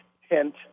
hint